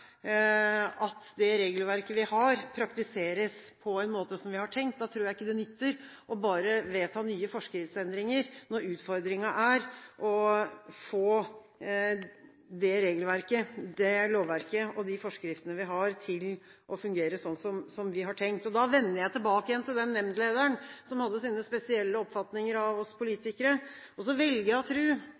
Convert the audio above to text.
at det regelverket vi har, praktiseres på en måte som vi har tenkt. Da tror jeg ikke det nytter bare å vedta nye forskriftsendringer, når utfordringen er å få det regelverket, det lovverket og de forskriftene vi har, til å fungere sånn som vi har tenkt. Da vender jeg tilbake igjen til den nemndlederen som hadde sine spesielle oppfatninger av oss politikere, og så velger jeg å